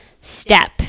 step